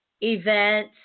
event